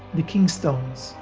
the king stones,